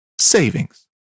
savings